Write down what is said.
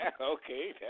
Okay